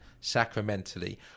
sacramentally